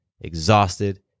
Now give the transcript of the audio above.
exhausted